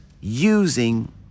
using